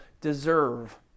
deserve